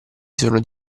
sono